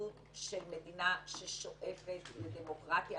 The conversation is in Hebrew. התאבדות של מדינה ששואפת לדמוקרטיה,